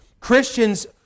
Christians